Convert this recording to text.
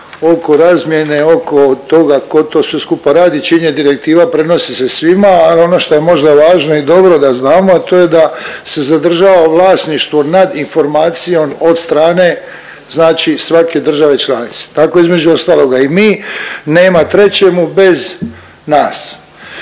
oko razmjene, oko toga tko to sve skupa radi čim je direktiva prenosi se svima, ali ono što je možda važno i dobro da znamo, a to je da se zadržava vlasništvo nad informacijom od strane znači svake države članice. Tako između ostaloga i mi, nema trećemu bez nas.